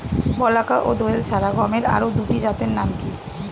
বলাকা ও দোয়েল ছাড়া গমের আরো দুটি জাতের নাম কি?